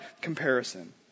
comparison